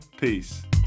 Peace